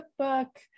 cookbook